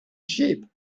sheep